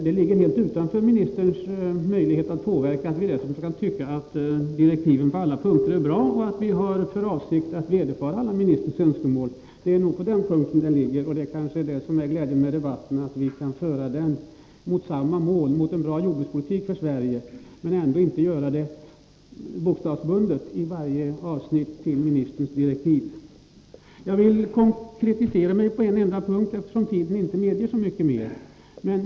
Det ligger helt utanför ministerns möjligheter att få oss att dessutom tycka att direktiven på alla punkter är bra och vilja villfara alla ministerns önskemål. Det är nog där skillnaden ligger, och glädjen med debatten är väl att vi har samma mål — en bra jordbrukspolitik för Sverige — och kan föra debatten med utgångspunkt i detta men ändå inte göra det så, att den i varje avsnitt blir bokstavsbunden till ministerns direktiv. Jag vill konkretisera mig bara på en enda punkt, eftersom tiden inte medger så mycket mera.